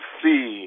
see